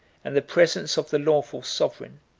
and the presence of the lawful sovereign,